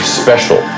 special